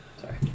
Sorry